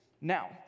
Now